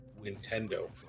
Nintendo